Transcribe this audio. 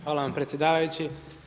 Hvala vam predsjedavajući.